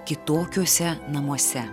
kitokiuose namuose